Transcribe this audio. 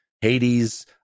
Hades